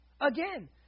Again